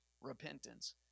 repentance